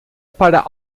para